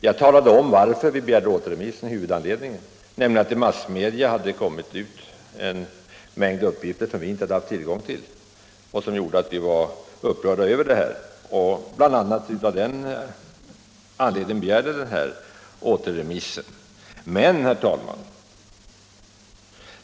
Jag angav huvudanledningen till att vi begärde återremiss, nämligen att det i massmedia hade förekommit en mängd uppgifter som vi inte hade haft tillgång till. Det gjorde att vi var upprörda och det var bl.a. av den anledningen som vi begärde återremissen.